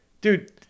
Dude